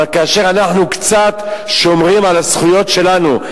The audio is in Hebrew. אבל כאשר אנחנו קצת שומרים על הזכויות שלנו,